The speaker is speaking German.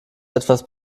etwas